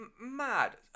mad